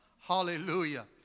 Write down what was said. Hallelujah